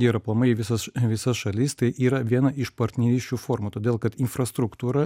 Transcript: ir aplamai į visas į visas šalis tai yra viena iš partnerysčių formų todėl kad infrastruktūra